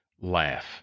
laugh